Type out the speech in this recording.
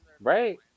Right